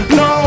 no